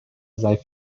sei